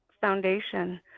foundation